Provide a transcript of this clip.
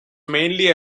mainly